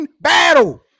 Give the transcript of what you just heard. battle